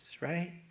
right